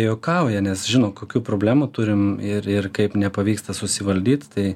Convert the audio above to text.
juokauja nes žino kokių problemų turim ir ir kaip nepavyksta susivaldyt tai